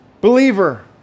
Believer